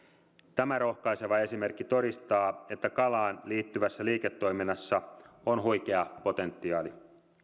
tämä rohkaiseva esimerkki todistaa että kalaan liittyvässä liiketoiminnassa on huikea potentiaali